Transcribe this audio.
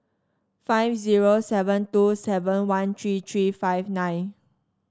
five zero seven two seven one three three five nine